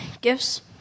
gifts